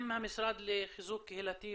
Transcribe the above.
עם המשרד לחיזוק קהילתי,